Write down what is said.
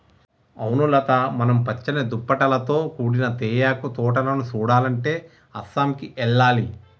అవును లత మనం పచ్చని దుప్పటాలతో కూడిన తేయాకు తోటలను సుడాలంటే అస్సాంకి ఎల్లాలి